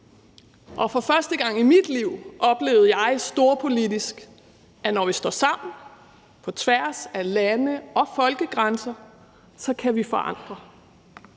og for første gang i mit liv oplevede jeg storpolitisk, at når vi står sammen på tværs af lande og folkegrænser, så kan vi forandre.